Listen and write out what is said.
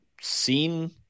seen